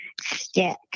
stick